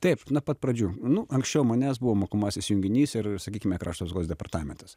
taip nuo pat pradžių nu anksčiau manęs buvo mokomasis junginys ir sakykime krašto apsaugos departamentas